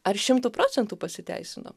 ar šimtu procentų pasiteisino